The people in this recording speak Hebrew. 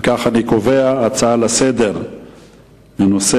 אם כך, אני קובע שהצעות לסדר-היום בנושא